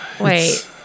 Wait